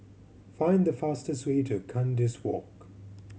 find the fastest way to Kandis Walk